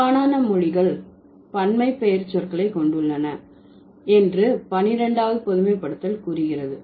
பெரும்பாலான மொழிகள் பன்மை பெயரெச்சொற்களை கொண்டுள்ளன என்று 12வது பொதுமைப்படுத்தல் கூறுகிறது